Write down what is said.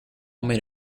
made